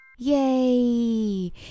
Yay